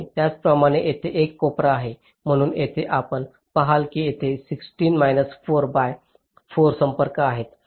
आणि त्याचप्रमाणे जिथे एक कोपरा आहे म्हणून येथे आपण पहाल की तेथे 16 4 बाय 4 संपर्क आहेत